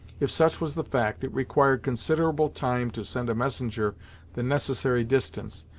if such was the fact, it required considerable time to send a messenger the necessary distance,